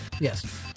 Yes